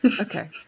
Okay